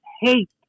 hate